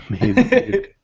amazing